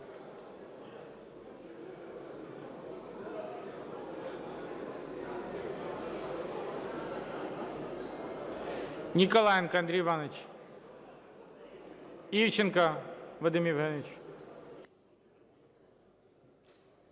Ніколаєнко Андрій Іванович. Івченко Вадим Євгенович.